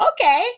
Okay